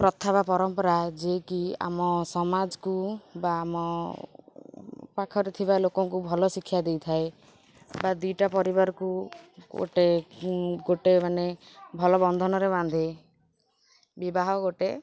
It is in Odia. ପ୍ରଥା ବା ପରମ୍ପରା ଯିଏକି ଆମ ସମାଜକୁ ବା ଆମ ପାଖରେ ଥିବା ଲୋକଙ୍କୁ ଭଲ ଶିକ୍ଷା ଦେଇଥାଏ ବା ଦୁଇ'ଟା ପରିବାରକୁ ଗୋଟେ ଗୋଟେ ମାନେ ଭଲ ବନ୍ଧନରେ ବାନ୍ଧେ ବିବାହ ଗୋଟେ